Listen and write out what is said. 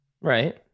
right